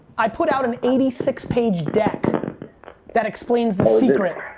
i put out an eighty six page deck that explains the secret.